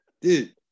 dude